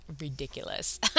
ridiculous